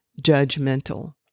judgmental